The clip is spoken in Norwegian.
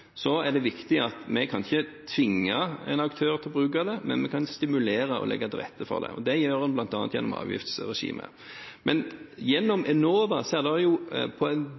at vi ikke kan tvinge en aktør til å bruke det, men vi kan stimulere og legge til rette for det. Det gjør en bl.a. gjennom avgiftsregimet. Gjennom Enova pågår det på